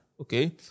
okay